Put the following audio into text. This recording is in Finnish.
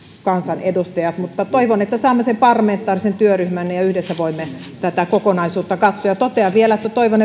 kansanedustajat mutta toivon että saamme sen parlamentaarisen työryhmän ja ja yhdessä voimme tätä kokonaisuutta katsoa ja totean vielä että toivon